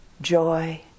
joy